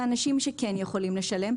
האנשים שכן יכולים לשלם,